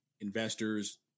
investors